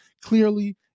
clearly